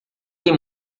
tem